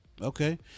Okay